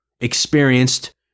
experienced